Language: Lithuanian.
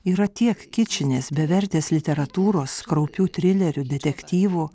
yra tiek kičinės bevertės literatūros kraupių trilerių detektyvų